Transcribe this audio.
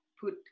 put